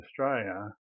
Australia